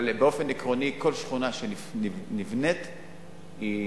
אבל באופן עקרוני, כל שכונה שנבנית, היא